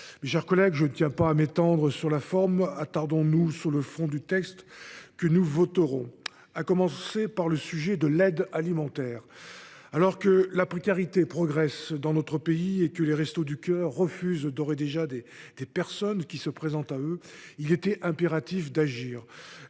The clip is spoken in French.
Mes chers collègues, je ne tiens pas à m’étendre sur la forme… Attardons nous plutôt sur le fond du texte que nous allons voter, à commencer par le sujet de l’aide alimentaire. Alors que la précarité progresse dans notre pays et que les Restos du cœur doivent d’ores et déjà refuser certaines des personnes qui se présentent à eux, il était impératif d’agir.